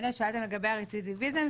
שאלתם לגבי הרצידיביזם,